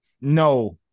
No